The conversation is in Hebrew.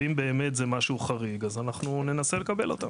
ואם באמת זה משהו חריג, אז אנחנו ננסה לקבל אותם.